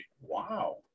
Wow